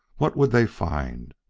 what would they find?